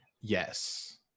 Yes